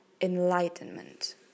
enlightenment